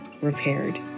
repaired